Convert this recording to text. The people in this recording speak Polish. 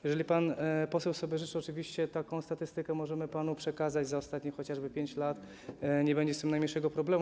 Jeżeli pan poseł sobie życzy, oczywiście taką statystykę możemy panu przekazać za ostatnie chociażby 5 lat, nie będzie z tym najmniejszego problemu.